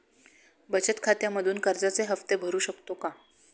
बचत खात्यामधून कर्जाचे हफ्ते भरू शकतो का?